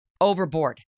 Overboard